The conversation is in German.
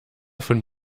von